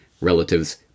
relatives